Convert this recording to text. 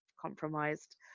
compromised